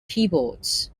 keyboards